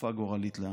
בתקופה גורלית לעמנו.